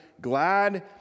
glad